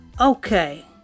Okay